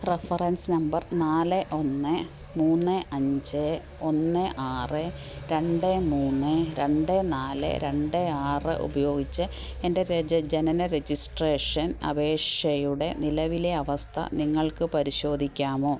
reference number നാല് ഒന്ന് മൂന്ന് അഞ്ച് ഒന്ന് ആറ് രണ്ട് മൂന്ന് രണ്ട് നാല് രണ്ട് ആറ് ഉപയോഗിച്ച് എൻ്റെ രെജ ജനന രജിസ്ട്രേഷൻ അപേക്ഷയുടെ നിലവിലെ അവസ്ഥ നിങ്ങൾക്ക് പരിശോധിക്കാമോ